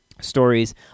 Stories